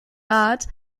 bart